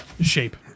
shape